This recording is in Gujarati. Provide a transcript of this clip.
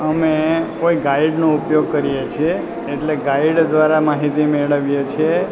અમે કોઈ ગાઈડનો ઉપયોગ કરીએ છીએ એટલે ગાઈડ દ્વારા માહિતી મેળવીએ છીએ